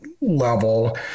level